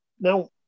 Now